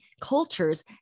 cultures